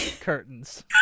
curtains